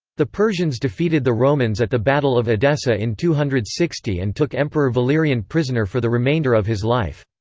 the persians defeated the romans at the battle of edessa in two hundred and sixty and took emperor valerian prisoner for the remainder of his life.